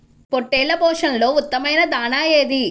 పొట్టెళ్ల పోషణలో ఉత్తమమైన దాణా ఏది?